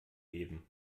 geben